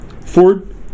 Ford